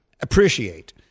appreciate